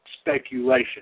speculation